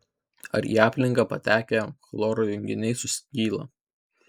ar į aplinką patekę chloro junginiai suskyla